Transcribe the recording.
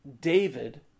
David